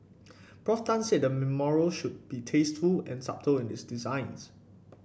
Prof Tan said the memorial should be tasteful and subtle in its design